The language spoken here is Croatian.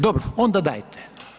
Dobro, onda dajte.